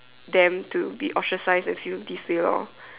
them to be ostracized and feel this way lor